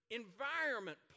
environment